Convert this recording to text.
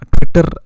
Twitter